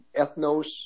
ethnos